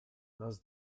nos